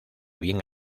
bien